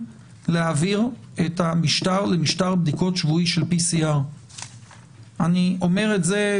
להעביר את המשטר למשטר בדיקות שבועי של PCR. אני אומר את זה,